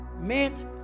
meant